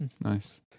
Nice